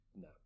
No